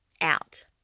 out